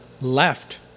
left